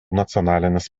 nacionalinis